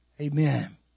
amen